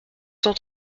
cent